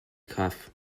cough